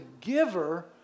giver